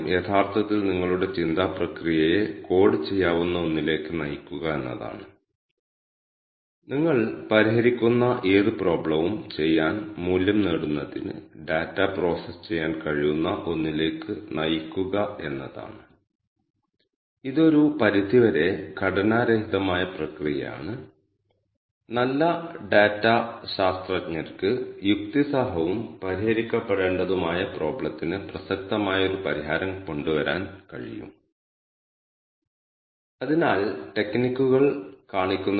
യാത്രയുടെ ദൈർഘ്യം പരമാവധി വേഗത ഏറ്റവും കൂടുതൽ വേഗത യാത്രാ ദൈർഘ്യം ബ്രേക്ക് ഉപയോഗിക്കുന്ന സമയം നിഷ്ക്രിയ സമയം ഹോൺ എത്ര തവണ മുഴക്കി എന്നിങ്ങനെ ഓരോ യാത്രയ്ക്കും ഈപ്പറഞ്ഞ പാരാമീറ്ററുകൾ തുടർച്ചയായി നിരീക്ഷിക്കുന്ന ഒരു സൌകര്യം അദ്ദേഹത്തിന് കാറിലുണ്ട്